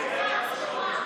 קריאה שנייה.